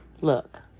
look